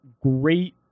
great